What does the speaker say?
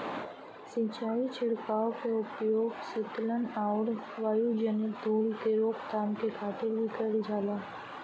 सिंचाई छिड़काव क उपयोग सीतलन आउर वायुजनित धूल क रोकथाम के खातिर भी कइल जाला